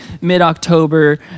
mid-october